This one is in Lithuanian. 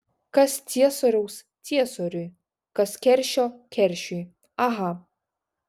kas ciesoriaus ciesoriui kas keršio keršiui aha